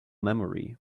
memory